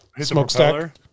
smokestack